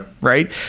right